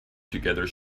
together